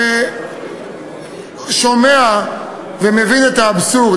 אני שומע ומבין את האבסורד.